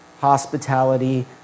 Hospitality